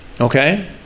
Okay